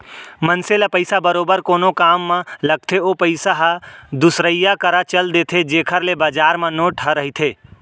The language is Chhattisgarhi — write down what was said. मनसे ल पइसा बरोबर कोनो काम म लगथे ओ पइसा ह दुसरइया करा चल देथे जेखर ले बजार म नोट ह रहिथे